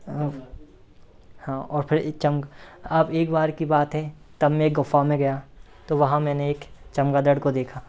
हाँ और फिर एक चन्क अब एक बार की बात है तब मैं एक गुफ़ा में गया तो वहाँ मैंने एक चमगादड़ को देखा